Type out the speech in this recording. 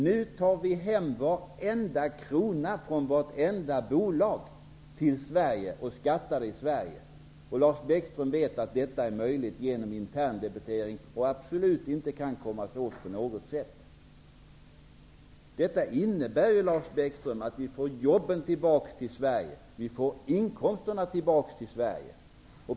Nu tar vi hem varenda krona från vartenda bolag till Sverige och betalar skatt i Sverige. Lars Bäckström vet att det är möjligt att göra på detta sätt genom interndebitering, och det kan man inte komma åt. Detta innebär att vi får tillbaka jobben och inkomsterna till Sverige.